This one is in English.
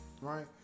right